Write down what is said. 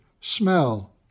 smell